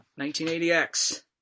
1980X